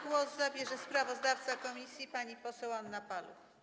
Głos zabierze sprawozdawca komisji pani poseł Anna Paluch.